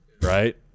right